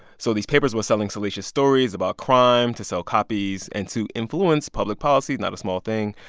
so these papers were selling salacious stories about crime to sell copies and to influence public policy not a small thing.